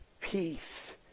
peace